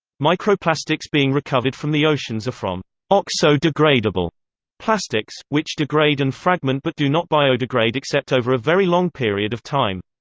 microplastics being recovered from the oceans are from oxo-degradable plastics, which degrade and fragment but do not biodegrade except over a very long period of time.